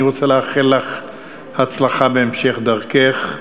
אני רוצה לאחל לך הצלחה בהמשך דרכך,